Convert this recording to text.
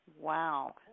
Wow